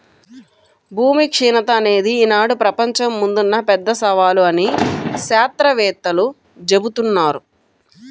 భూమి క్షీణత అనేది ఈనాడు ప్రపంచం ముందున్న పెద్ద సవాలు అని శాత్రవేత్తలు జెబుతున్నారు